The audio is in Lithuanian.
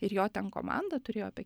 ir jo ten komanda turėjo apie